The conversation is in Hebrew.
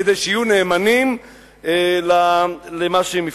כדי שיהיו נאמנים למה שהם הבטיחו.